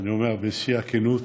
אני אומר בשיא הכנות,